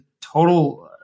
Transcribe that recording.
total